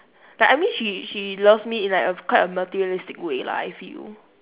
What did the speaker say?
like I mean she she loves me in like a quite a materialistic way lah I feel